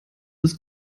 ist